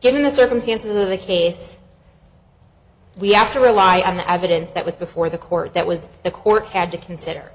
given the circumstances of the case we have to rely on the evidence that was before the court that was the court had to consider